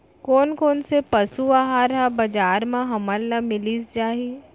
कोन कोन से पसु आहार ह बजार म हमन ल मिलिस जाही?